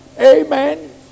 amen